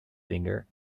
finger